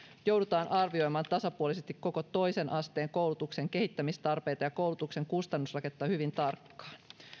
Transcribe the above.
joudutaan arvioimaan tasapuolisesti koko toisen asteen koulutuksen kehittämistarpeita ja koulutuksen kustannusrakennetta hyvin tarkkaan